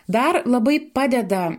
dar labai padeda